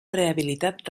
rehabilitat